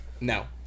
No